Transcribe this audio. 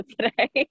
today